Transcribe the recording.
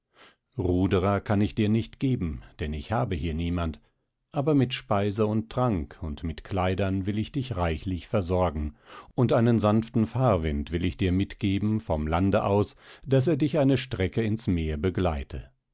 ruderer kann ich dir nicht geben denn ich habe hier niemand aber mit speise und trank und mit kleidern will ich dich reichlich versorgen und einen sanften fahrwind will ich dir mitgeben vom lande aus daß er dich eine strecke ins meer begleite